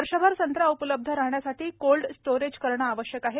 वर्षभर संत्रा उपलब्ध राहण्यासाठी कोल्ड स्टोरेज करणं आवश्यक आहे